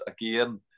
again